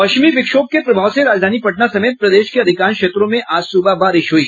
पश्चिमी विक्षोभ के प्रभाव से राजधानी पटना समेत प्रदेश के अधिकांश क्षेत्रों में आज सुबह बारिश हुई